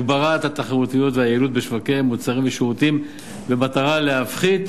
הגברת התחרותיות והיעילות בשוקי מוצרים ושירותים במטרה להפחית